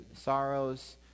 sorrows